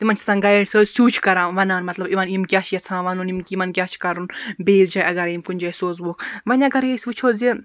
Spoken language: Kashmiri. تِمَن چھُ آسان گایِڈ سۭتۍ سُے چھُ کَران وَنان مَطلَب یِمن یِم کیاہ چھِ یَژھان وَنُن یِمَن کیاہ چھُ کَرُن بیٚیِس جایہِ اَگَرے یِم کُنہِ جایہِ سوزووکھ وۄنۍ اَگَرے أسۍ وٕچھو زِ